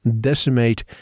decimate